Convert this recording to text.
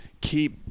keep